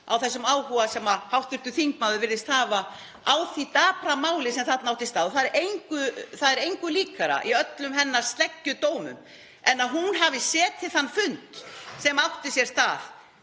þessum áhuga sem hv. þingmaður virðist hafa á því dapra máli sem þarna átti sér stað. Það er engu líkara í öllum hennar sleggjudómum en að hún hafi setið þann fund sem átti sér stað